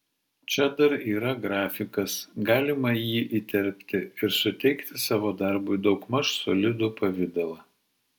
čia dar yra grafikas galima jį įterpti ir suteikti savo darbui daugmaž solidų pavidalą